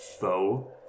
foe